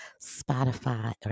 Spotify